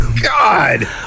God